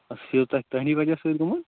تُہٕنٛدی وجہ سۭتۍ گوٚمُت